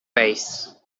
pace